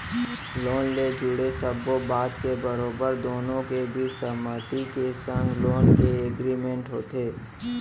loan ले जुड़े सब्बो बात के बरोबर दुनो के बीच सहमति के संग लोन के एग्रीमेंट होथे